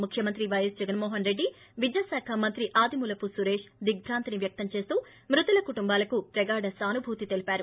ముఖ్యమంత్రి పైఎస్ జగన్మోహన్ రెడ్డి విద్యాశాఖ మంత్రి ఆదిమూలపు సురేష్ దిగ్భాంతి వ్వక్తం చేస్తూ మృతుల కుటుంబాలకు ప్రగాఢ సానుభూతి తెలిపారు